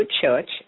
church